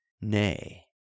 NAY